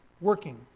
working